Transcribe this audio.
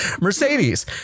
Mercedes